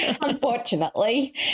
unfortunately